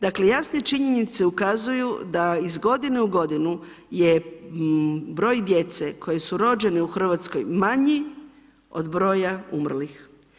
Dakle, jasne činjenice ukazuju da iz godine u godinu je broj djece koja su rođena u RH manji od broja umrlih.